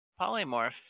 Polymorph